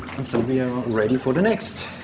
and so we are ready for the next.